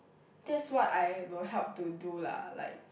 that's what I will help to do lah like